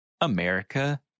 America